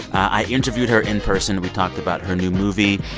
i interviewed her in person. we talked about her new movie,